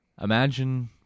Imagine